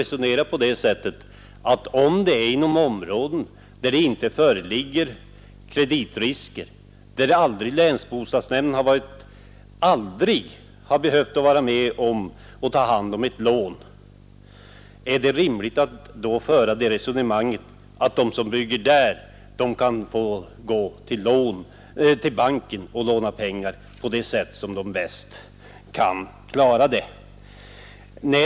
Men om det inom ett område inte föreligger några kreditrisker, och där länsbostadsnämnden aldrig har behövt ta hand om ett lån, är det då rimligt att föra det resonemanget att de som bygger där kan gå till banken och låna pengar bäst de kan?